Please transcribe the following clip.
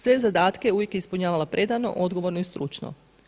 Sve zadatke uvijek je ispunjavalo predano, odgovorno i stručno.